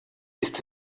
ist